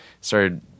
started